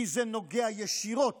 כי זה נוגע ישירות